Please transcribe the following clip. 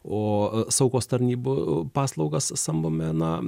o saugos tarnybų paslaugas samdome na